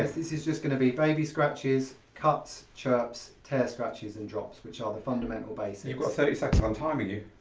this this is just going to be baby scratches, cuts, chirps, tear scratches and drops which are the fundamental basics. you've only got thirty seconds, i'm timing you.